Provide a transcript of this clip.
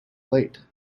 late